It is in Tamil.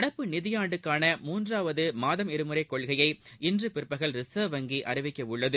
நடப்பு நிதியாண்டுக்கான மூன்றாவது மாதம் இருமுறை கொள்கையை இன்று பிற்பகல் ரிசர்வ் வங்கி அறிவிக்கவுள்ளது